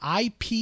IP